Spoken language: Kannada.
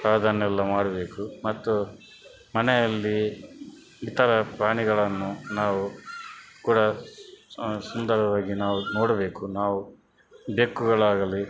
ಅದನ್ನೆಲ್ಲ ಮಾಡಬೇಕು ಮತ್ತು ಮನೆಯಲ್ಲಿ ಇತರ ಪ್ರಾಣಿಗಳನ್ನು ನಾವು ಕೂಡ ಸುಂದರವಾಗಿ ನಾವು ನೋಡಬೇಕು ನಾವು ಬೆಕ್ಕುಗಳಾಗಲಿ